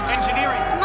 Engineering